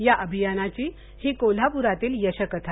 या अभियानाची ही कोल्हापुरातली यशकथा